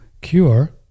cure